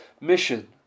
mission